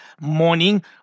morning